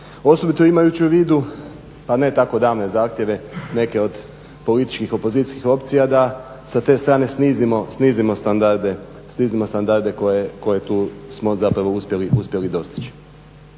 Osobito imajući u vidu a ne tako davne zahtjeve neke od političkih opozicijskih opcija da sa te strane snizimo standarde koje tu smo uspjeli dostići.